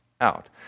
out